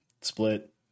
Split